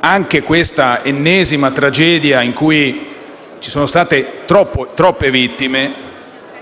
anche questa ennesima tragedia, in cui ci sono state troppe vittime